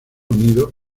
unido